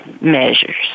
measures